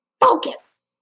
focus